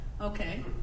Okay